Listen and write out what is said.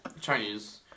Chinese